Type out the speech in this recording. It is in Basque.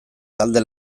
talde